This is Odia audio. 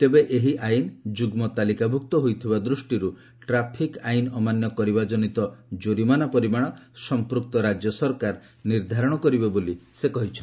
ତେବେ ଏହି ଆଇନ ଯୁଗ୍ମ ତାଲିକାଭୁକ୍ତ ହୋଇଥିବା ଦୃଷ୍ଟିରୁ ଟ୍ରାଫିକ୍ ଆଇନ ଅମାନ୍ୟ କରିବା ଜନିତ ଜୋରିମାନା ପରିମାଣ ସଂପୂକ୍ତ ରାଜ୍ୟ ସରକାର ନିର୍ଦ୍ଧାରଣ କରିବେ ବୋଲି ସେ କହିଛନ୍ତି